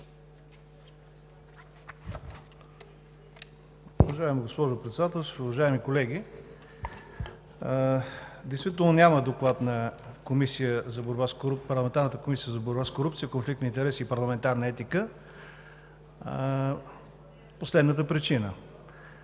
Уважаема госпожо Председателстващ, уважаеми колеги! Действително няма доклад на Парламентарната комисия за борба с корупцията, конфликт на интереси и парламентарна етика по следната причина.